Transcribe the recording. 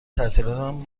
تعطیلاتم